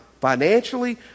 financially